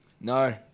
No